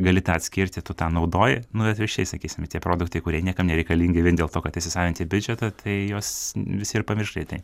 gali tą atskirti tu tą naudoji nu ir atvirkščiai sakysime tie produktai kurie niekam nereikalingi vien dėl to kad įsisavinti biudžetą tai juos visi ir pamirš greitai